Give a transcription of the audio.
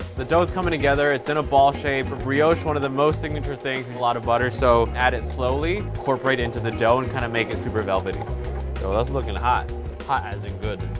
the dough is coming together. it's in a ball shape. for brioche, one of the most signature things is a lot of butter, so add it slowly, corporate it into the dough, and kinda make it super velvety. yo, that's lookin' hot, hot as in good.